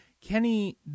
Kenny